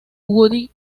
woody